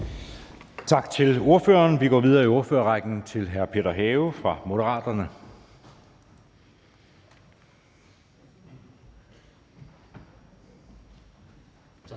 Tak til ordføreren. Vi går videre i ordførerrækken til hr. Peter Have fra Moderaterne.